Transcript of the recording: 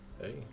hey